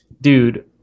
dude